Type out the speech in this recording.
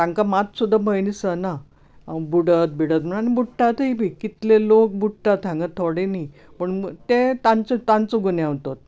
तांकां मात सुद्दां भंय दिसना बुडत बिडत म्हणून आनी बुडटातूय बीन कितलें लोक बुडटात हांगा थोडे न्ही पूण ते तांचो तांचो गुन्यांव तोच